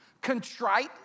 contrite